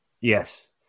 Yes